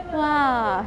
!wah!